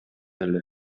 эле